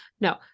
No